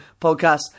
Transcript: podcast